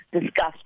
discussed